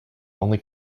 only